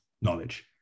knowledge